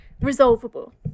resolvable